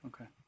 Okay